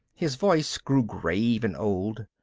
his voice grew grave and old.